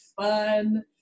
fun